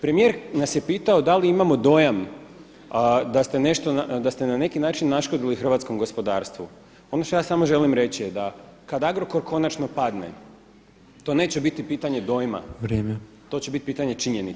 Premijer nas je pitao da li imamo dojam da ste na neki način naškodili hrvatskom gospodarstvu, ono što ja samo želim reći da kada Agrokor konačno padne, to neće biti pitanje dojma [[Upadica Petrov: Isteklo je vrijeme.]] to će biti pitanje činjenice.